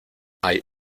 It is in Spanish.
hay